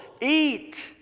eat